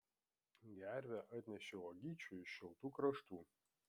gervė atnešė uogyčių iš šiltų kraštų